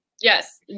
Yes